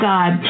God